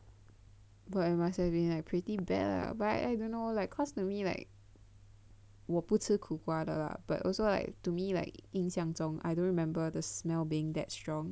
but it must have been like pretty bad lah but I don't know like cause normally like 我不吃苦瓜的 lah but also like to me like 印象中 I don't remember the smell being that strong